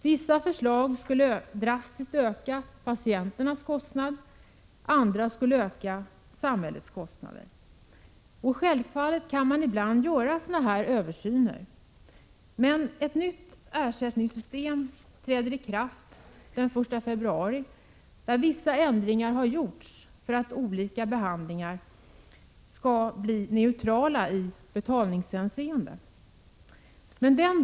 Vissa förslag skulle, om de förverkligades, innebära att patienternas kostnader drastiskt ökade. Andra skulle medföra att samhällets kostnader ökade. Självfallet kan man ibland göra den sortens översyn. Men ett nytt ersättningssystem träder ju i kraft den 1 februari. Vissa ändringar har alltså gjorts för att olika behandlingar skall vara neutrala i betalningshänseende.